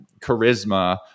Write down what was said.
charisma